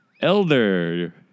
Elder